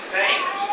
thanks